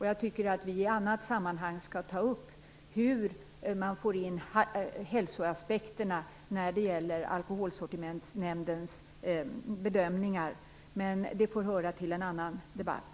Jag tycker att riksdagen i ett annat sammanhang skall ta upp hälsoaspekterna med Alkoholsortimentnämndens bedömningar, men det får höra till en annan debatt.